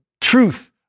truth